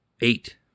Eight